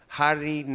hari